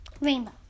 Rainbow